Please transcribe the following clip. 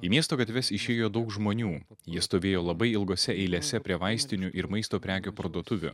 į miesto gatves išėjo daug žmonių jie stovėjo labai ilgose eilėse prie vaistinių ir maisto prekių parduotuvių